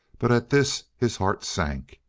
but at this his heart sank.